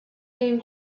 whom